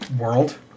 world